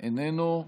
איננו,